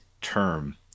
term